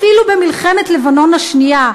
אפילו במלחמת לבנון השנייה,